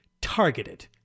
targeted